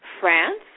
France